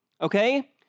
okay